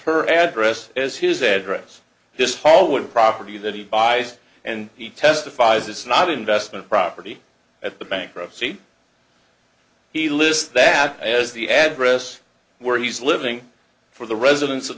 her address as his address this fall what property that he buys and he testifies it's not investment property at the bankruptcy he lists that as the address where he's living for the residence of